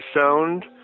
sound